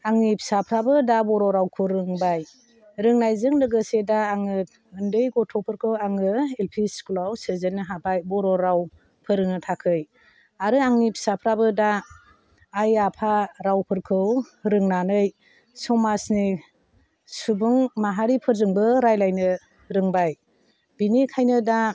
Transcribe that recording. आंनि फिसाफ्राबो दा बर' रावखौ रोंबाय रोंनायजों लोगोसे दा आङो उन्दै गथ'फोरखौ आङो एल पि स्कुलाव सोजेननो हाबाय बर' राव फोरोंनो थाखै आरो आंनि फिसाफ्राबो दा आइ आफा रावफोरखौ रोंनानै समाजनि सुबुं माहारिफोरजोंबो रायलायनो रोंबाय बेनिखायनो दा